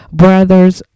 brothers